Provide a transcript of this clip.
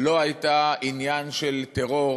לא הייתה עניין של טרור,